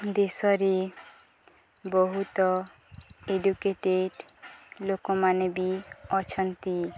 ଦେଶରେ ବହୁତ ଏଡୁକେଟେଡ଼୍ ଲୋକମାନେ ବି ଅଛନ୍ତି